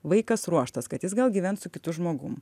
vaikas ruoštas kad jis gal gyvens su kitu žmogum